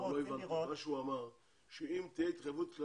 לא הבנת --- מה שאנחנו היינו רוצים לראות --- מה שהוא אמר,